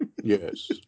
Yes